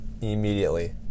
immediately